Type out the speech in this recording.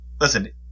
listen